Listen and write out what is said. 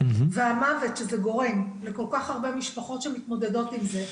המוות שזה גורם לכל כך הרבה משפחות שמתמודדות עם זה.